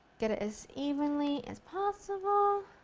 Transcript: get it as evenly as possible.